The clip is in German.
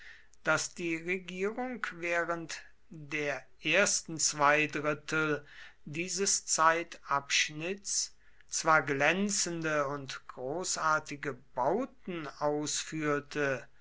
daß die regierung während der ersten zwei drittel dieses zeitabschnitts zwar glänzende und großartige bauten ausführte